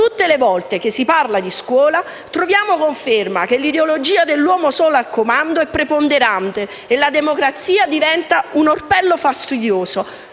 Tutte le volte che si parla di scuola troviamo conferma che l'ideologia dell'uomo solo al comando è preponderante e la democrazia diventa un orpello fastidioso,